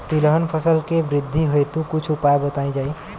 तिलहन फसल के वृद्धी हेतु कुछ उपाय बताई जाई?